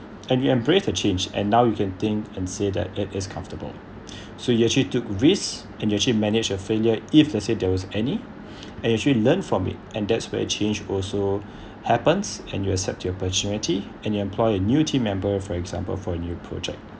and you embrace the change and now you can think and say that it is comfortable so you actually took risks and you actually manage a failure if let's say there was any and you actually learn from it and that's where change also happens and you accept your opportunity and you employ a new team member for example for a new project